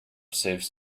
saves